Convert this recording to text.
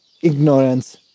ignorance